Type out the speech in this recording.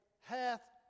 hath